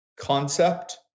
concept